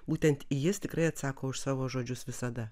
būtent jis tikrai atsako už savo žodžius visada